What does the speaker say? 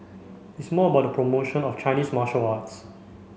it's more about the promotion of Chinese martial arts